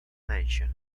mansion